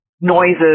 noises